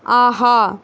ஆஹா